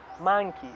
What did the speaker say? Monkey